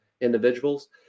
individuals